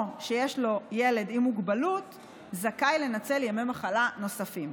או שיש לו ילד עם מוגבלות זכאי לנצל ימי מחלה נוספים.